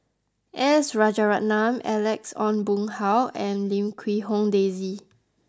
S Rajaratnam Alex Ong Boon Hau and Lim Quee Hong Daisy